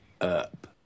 up